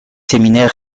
séminaires